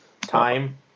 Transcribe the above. time